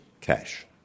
cash